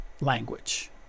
language